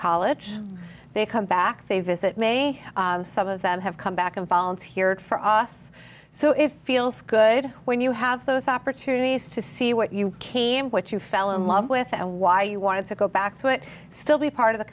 college they come back they visit may some of them have come back and volunteered for us so if feels good when you have those opportunities to see what you came what you fell in love with and why you wanted to go back to it still be part of the